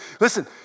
Listen